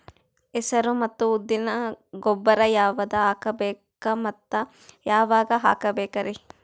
ಹೆಸರು ಮತ್ತು ಉದ್ದಿಗ ಗೊಬ್ಬರ ಯಾವದ ಹಾಕಬೇಕ ಮತ್ತ ಯಾವಾಗ ಹಾಕಬೇಕರಿ?